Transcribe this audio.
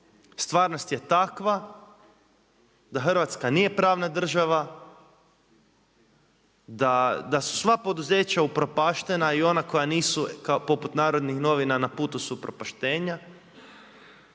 Stvarnost je takva da Hrvatska nije pravna država, da su sva poduzeća upropaštena i ona koja nisu poput Narodnih novina na putu su upropaštenja.